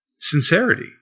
Sincerity